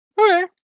Okay